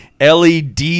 LED